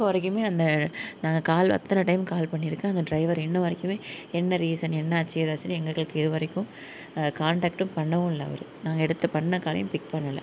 இப்போ வரைக்கும் அந்த நாங்கள் காலில் அத்தனை டைம் கால் பண்ணியிருக்கேன் அந்த ட்ரைவர் இன்ன வரைக்கும் என்ன ரீசன் என்ன ஆச்சு ஏதாச்சுனு எங்களுக்கு இது வரைக்கும் காண்டாக்ட்டும் பண்ணவும் இல்லை அவர் நாங்கள் எடுத்த பண்ண காலையும் பிக் பண்ணலை